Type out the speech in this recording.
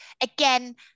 again